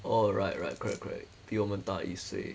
oh right right correct correct 比我们大一岁